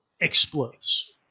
Explodes